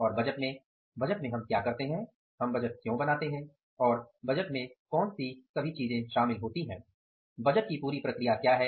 और बजट में बजट में हम क्या करते हैं हम बजट क्यों बनाते हैं बजट में कौन सभी चीज़े शामिल होती है बजट की पूरी प्रक्रिया क्या है